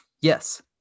yes